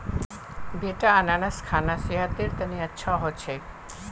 बेटा अनन्नास खाना सेहतेर तने अच्छा हो छेक